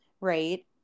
right